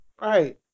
Right